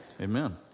Amen